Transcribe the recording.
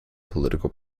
political